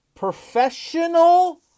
Professional